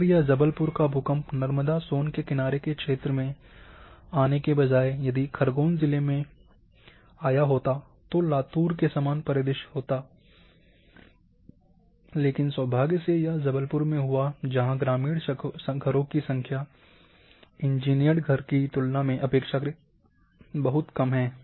अगर यह जबलपुर का भूकम्प नर्मदा सोन के किनारे के क्षेत्र में आने के बजाय यदि खरगोन जिले में यह भूकंप आया होता है तो लातूर के समान परिदृश्य होता लेकिन सौभाग्य से यह जबलपुर में हुआ जहाँ ग्रामीण घरों की संख्या इंजीनियर्ड घर की तुलना में अपेक्षाकृत कम हैं